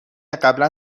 قبلا